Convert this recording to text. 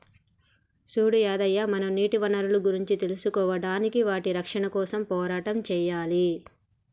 సూడు యాదయ్య మనం నీటి వనరులను గురించి తెలుసుకోడానికి వాటి రక్షణ కోసం పోరాటం సెయ్యాలి